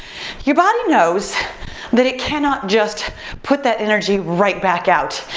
your body knows that it cannot just put that energy right back out,